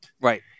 Right